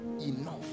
enough